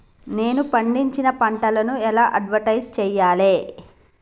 నేను పండించిన పంటను ఎలా అడ్వటైస్ చెయ్యాలే?